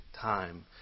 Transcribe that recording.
time